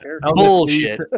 bullshit